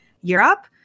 Europe